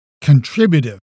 contributive